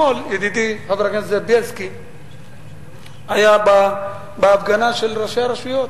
ידידי חבר הכנסת בילסקי היה אתמול בהפגנה של ראשי הרשויות,